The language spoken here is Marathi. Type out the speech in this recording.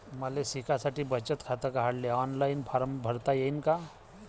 मले शिकासाठी बचत खात काढाले ऑनलाईन फारम भरता येईन का?